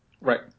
Right